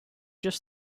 just